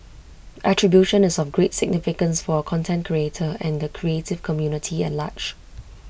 attribution is of great significance for A content creator and the creative community at large